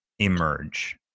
emerge